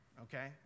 okay